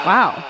Wow